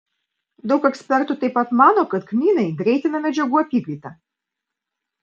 daug ekspertų taip pat mano kad kmynai greitina medžiagų apykaitą